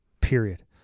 period